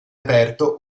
aperto